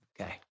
Okay